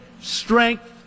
strength